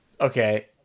Okay